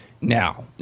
now